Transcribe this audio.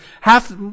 half